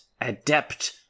adept